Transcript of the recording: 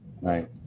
right